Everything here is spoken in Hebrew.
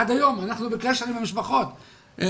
עד היום אנחנו בקשר עם המשפחות בכרמיאל.